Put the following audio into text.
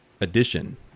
addition